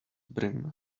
brim